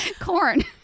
Corn